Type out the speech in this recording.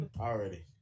Already